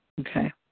Okay